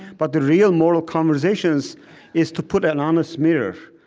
but the real moral conversation is is to put an honest mirror,